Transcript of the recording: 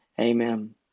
Amen